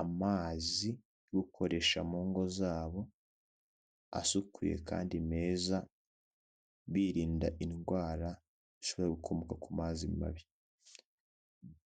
amazi yo gukoresha mu ngo zabo, asukuye kandi meza birinda indwara ishobora gukomoka ku mazi mabi.